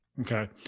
Okay